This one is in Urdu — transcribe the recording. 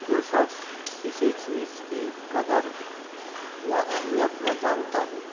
جو شخص کسی چیز کی قدر یا اہمیت نہ جانتا ہو